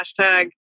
hashtag